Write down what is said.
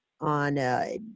on